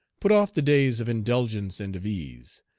put off the days of indulgence and of ease.